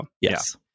Yes